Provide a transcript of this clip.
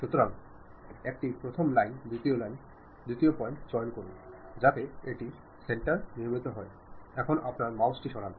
সুতরাং একটি প্রথম লাইন দ্বিতীয় লাইন দ্বিতীয় পয়েন্ট চয়ন করুন যাতে এটি সেন্টারে নির্মিত হয় এখন আপনার মাউসটি সরান